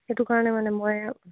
সেইটো কাৰণে মানে মই